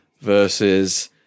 versus